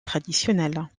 traditionnel